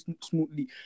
smoothly